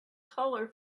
colour